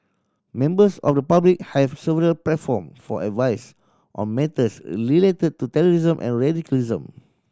members of the public have several platform for advice on matters related to terrorism and radicalism